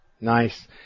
nice